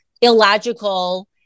illogical